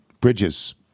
bridges